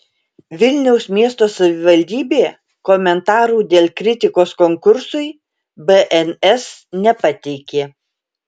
vilniaus miesto savivaldybė komentarų dėl kritikos konkursui bns nepateikė